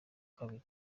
kabiri